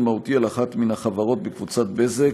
מהותי על אחת מן החברות בקבוצת בזק,